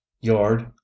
yard